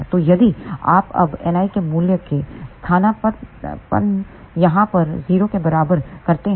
तो यदि आप अब Ni के मूल्य के स्थानापन्न यहाँ पर 0 के बराबर करते हैं